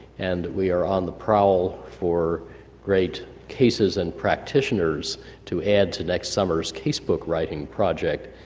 and we are on the prowl for great cases and practitioners to add to next summers casebook writing project.